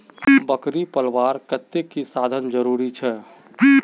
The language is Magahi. बकरी पलवार केते की की साधन जरूरी छे?